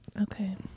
Okay